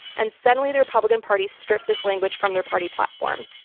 and suddenly the republican party stripped this language from their party platform.